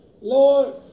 Lord